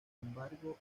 embargo